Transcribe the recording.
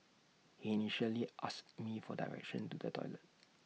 he initially asked me for directions to the toilet